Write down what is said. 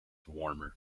warmer